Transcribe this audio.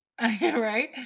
right